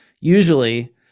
usually